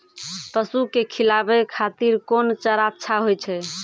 पसु के खिलाबै खातिर कोन चारा अच्छा होय छै?